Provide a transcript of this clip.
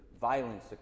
violence